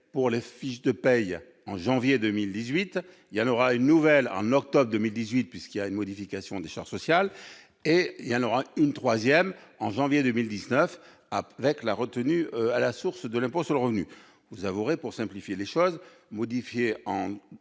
pour les fiches de paie, en janvier 2018, il y en aura une nouvelle en octobre 2018, due à la modification des charges sociales, et une troisième en janvier 2019 avec la retenue à la source de l'impôt sur le revenu. Vous avouerez que, pour simplifier les choses, modifier